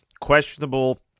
questionable